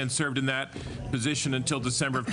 עודד הוא עורך דין והוסמך באוניברסיטת תל אביב,